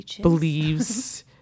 believes